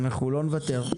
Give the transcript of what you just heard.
אנחנו לא נוותר.